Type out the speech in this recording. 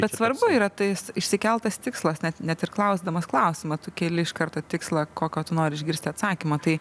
bet svarbu yra tais išsikeltas tikslas net net ir klausdamas klausimą tu keli iš karto tikslą kokio tu nori išgirsti atsakymo tai